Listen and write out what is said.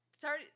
sorry